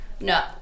no